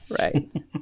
Right